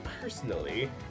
personally